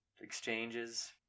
Exchanges